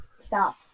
Stop